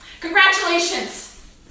Congratulations